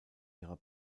ihrer